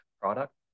product